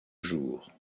jour